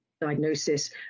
diagnosis